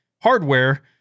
hardware